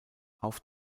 auf